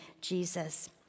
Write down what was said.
Jesus